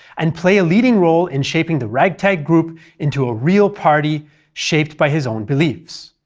and play a leading role in shaping the ragtag group into a real party shaped by his own beliefs.